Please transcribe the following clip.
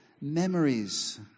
memories